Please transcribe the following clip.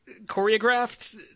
choreographed